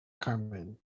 Carmen